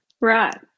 right